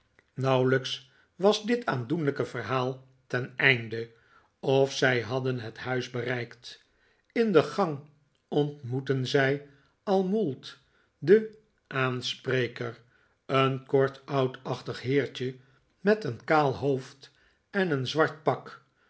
nauwelijks was dit aandoenlijke verhaal ten einde of zij hadden het huis bereikt in de gang ontmoetten zij al mould den aanspreker een kort oudachtig heertje met een kaal hoofd en een zwart pak